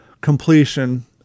completion